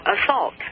Assault